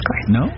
no